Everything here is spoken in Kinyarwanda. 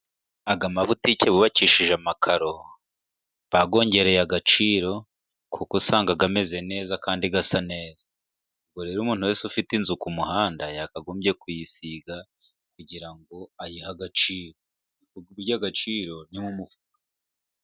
Aya ma butike bubakishije amakaro, bayongereye agaciro kuko, usanga ameze neza kandi asa neza. Ubwo rero , umuntu wese ufite inzu ku muhanda, yakagombye kuyisiga kugira ngo ayihe agaciro. Burya agaciro, ni mu mumufuka.